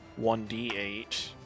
1d8